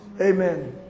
amen